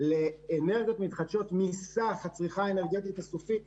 שהוא האנרגיות המתחדשות מסך הצריכה האנרגטית הסופית,